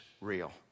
real